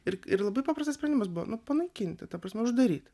ir ir labai paprastas sprendimas buvo nu panaikinti ta prasme uždaryt